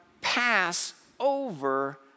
Passover